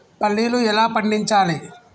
పల్లీలు ఎలా పండించాలి?